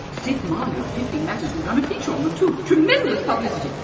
sid marlowe at piffling matters will run a feature on them too tremendous publicity!